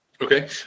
Okay